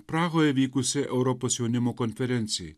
prahoje vykusiai europos jaunimo konferencijai